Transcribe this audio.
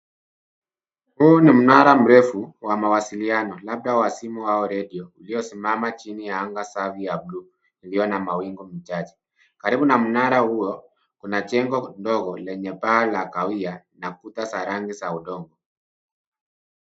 Huu ni mnara mrefu wa mawasiliano labda wa simu au redio ulio simama chini ya anga safi ya bluu yenye mawingu machache . Karibu na mnara huo kuna jengo lenye paa la kahawia na kuta za rangi za udongo.